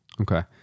Okay